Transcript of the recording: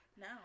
No